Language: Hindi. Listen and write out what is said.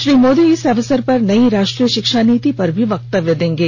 श्री मोदी इस अवसर पर नई राष्ट्रीय शिक्षा नीति पर भी वक्तव्य देंगे